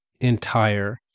entire